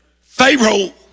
Pharaoh